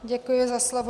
Děkuji za slovo.